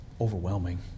overwhelming